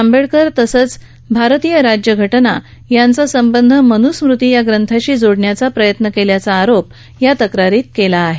आंबेडकर तसंच भारतीय राज्यघटना यांचा संबंध मनुस्मुती या ग्रंथाशी जोडण्याचा प्रयत्न केल्याचा आरोप या तक्रारीत केला आहे